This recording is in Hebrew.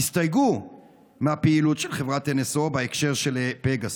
הסתייגו מהפעילות של חברת NSO בהקשר של פגסוס.